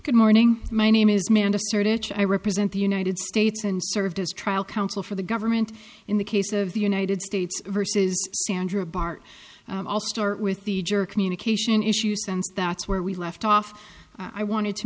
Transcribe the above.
good morning my name is mandel i represent the united states and served as trial counsel for the government in the case of the united states versus sandra bart i'll start with the juror communication issues and that's where we left off i wanted to